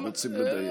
אם אנחנו רוצים לדייק.